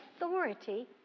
authority